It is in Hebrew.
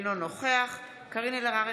אינו נוכח קארין אלהרר,